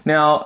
Now